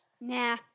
Nah